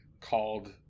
called